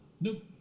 Nope